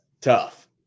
tough